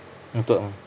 untuk apa